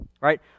right